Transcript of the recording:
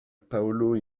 paulo